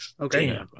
Okay